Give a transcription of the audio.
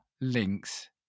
links